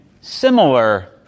similar